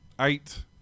eight